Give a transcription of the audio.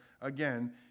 Again